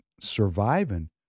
surviving